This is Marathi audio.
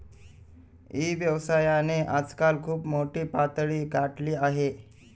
ई व्यवसायाने आजकाल खूप मोठी पातळी गाठली आहे